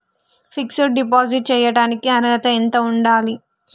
Fix డ్ deposit చేయటానికి అర్హత ఎంత ఉండాలి?